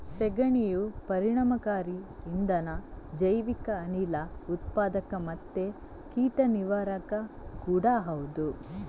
ಸೆಗಣಿಯು ಪರಿಣಾಮಕಾರಿ ಇಂಧನ, ಜೈವಿಕ ಅನಿಲ ಉತ್ಪಾದಕ ಮತ್ತೆ ಕೀಟ ನಿವಾರಕ ಕೂಡಾ ಹೌದು